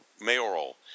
Mayoral